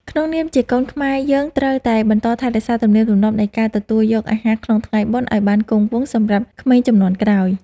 ក្នុងនាមជាកូនខ្មែរយើងត្រូវតែបន្តថែរក្សាទំនៀមទម្លាប់នៃការទទួលយកអាហារក្នុងថ្ងៃបុណ្យឱ្យបានគង់វង្សសម្រាប់ក្មេងជំនាន់ក្រោយ។